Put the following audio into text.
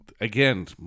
again